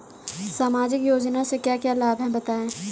सामाजिक योजना से क्या क्या लाभ हैं बताएँ?